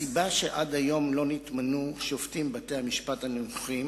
הסיבה שעד היום לא נתמנו שופטים בבתי-המשפט הנמוכים